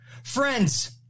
Friends